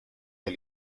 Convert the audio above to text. del